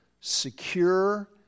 secure